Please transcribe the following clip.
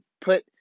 put